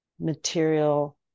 material